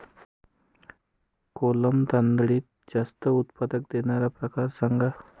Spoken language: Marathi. कोलम तांदळातील जास्त उत्पादन देणारे प्रकार सांगा